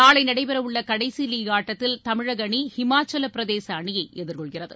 நாளை நடைபெறவுள்ள கடைசி லீக் ஆட்டத்தில் தமிழக அணி ஹிமாச்சல பிரதேச அணியை எதிர்கொள்கிறது